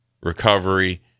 recovery